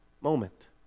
moment